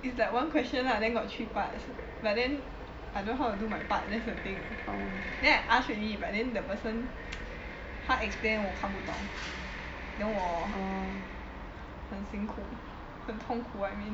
it is like one question lah then got three parts but then I don't know how to do my part that is the thing then I ask already but then the person 他 explain 我看不懂 then 我很辛苦很痛苦 I mean